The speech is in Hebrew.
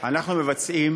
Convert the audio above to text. אנחנו מבצעים